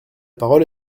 parole